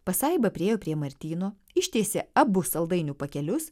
pasaiba priėjo prie martyno ištiesė abu saldainių pakelius